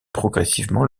progressivement